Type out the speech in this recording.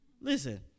Listen